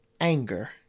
anger